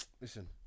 listen